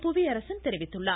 புவியரசன் தெரிவித்துள்ளார்